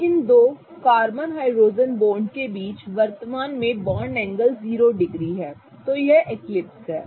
अब इन दो कार्बन हाइड्रोजन बॉन्ड के बीच वर्तमान में बंधन एंगल 0 डिग्री है यह एक्लिप्स है